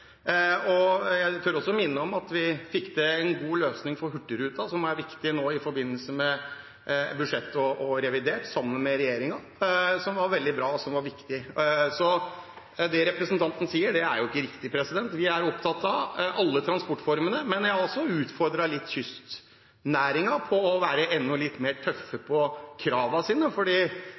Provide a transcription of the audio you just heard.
Jeg tør også minne om at vi, sammen med regjeringen, fikk til en god løsning for Hurtigruten, som er viktig nå i forbindelse med budsjettet og revidert. Det er veldig bra, og det var viktig. Det representanten sier, er ikke riktig. Vi er opptatt av alle transportformene, men jeg har også utfordret kystnæringen til å være litt mer tøffe på kravene sine,